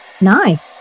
Nice